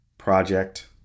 project